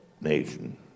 nation